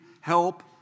help